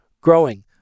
growing